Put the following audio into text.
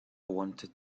wanted